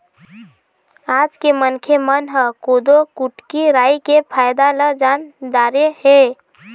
आज के मनखे मन ह कोदो, कुटकी, राई के फायदा ल जान डारे हे